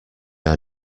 are